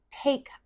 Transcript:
take